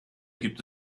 gibt